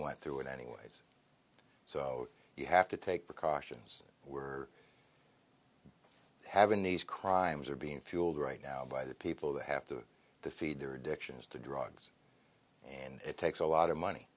went through it anyways so you have to take precautions were having these crimes are being fueled right now by the people that have to feed their addictions to drugs and it takes a lot of money